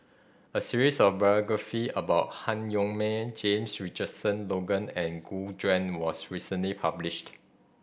a series of biography about Han Yong May James Richardson Logan and Gu Juan was recently published